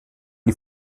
die